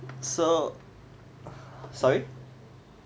so sorry